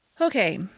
Okay